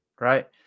right